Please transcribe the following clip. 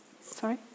Sorry